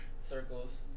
Circles